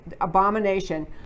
abomination